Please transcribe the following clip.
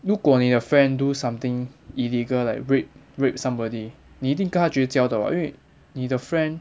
如果你的 friend do something illegal like rape rape somebody 你一定跟他绝交的 [what] 因为你的 friend